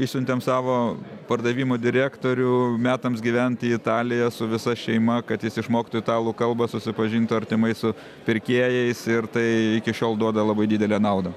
išsiuntėm savo pardavimų direktorių metams gyvent į italiją su visa šeima kad jis išmoktų italų kalbą susipažintų artimai su pirkėjais ir tai iki šiol duoda labai didelę naudą